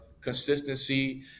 consistency